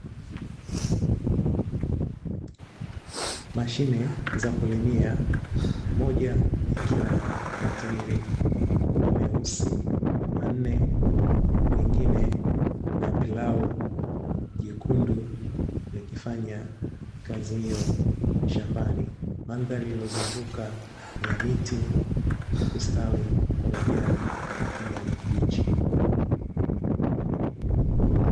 Mashine za kulimia moja ikiwa na matairi makubwa meusi manne lingine na plau jekundu likifanya kazi hiyo shambani, mandhari iliyozunguka ni ya miti ya kustawi kwa majani kijani kibichi.